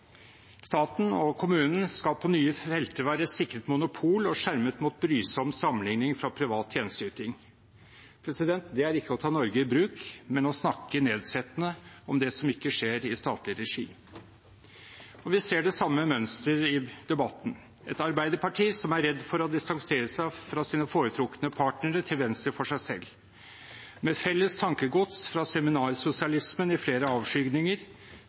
Staten og kommunen skal på nye felter være sikret monopol og skjermet mot brysom sammenligning fra privat tjenesteyting. Det er ikke å ta Norge i bruk, men å snakke nedsettende om det som ikke skjer i statlig regi. Vi ser det samme mønsteret i debatten: et Arbeiderpartiet som er redd for å distansere seg fra sine foretrukne partnere til venstre for seg selv. Med felles tankegods fra seminarsosialismen i flere avskygninger